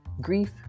Grief